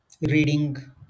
reading